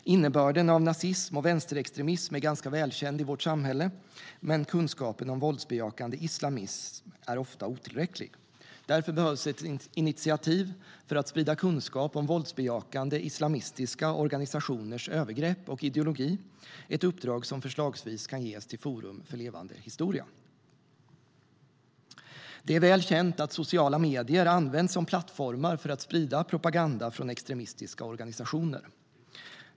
Innebörden av nazism och vänsterextremism är ganska välkänd i vårt samhälle, men kunskapen om våldsbejakande islamism är ofta otillräcklig. Därför behövs ett initiativ för att sprida kunskap om våldsbejakande islamistiska organisationers övergrepp och ideologi, ett uppdrag som förslagsvis kan ges till Forum för levande historia. Det är väl känt att sociala medier används som plattformar för att sprida propaganda från extremistiska organisationer.